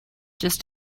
just